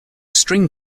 string